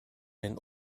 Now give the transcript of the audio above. den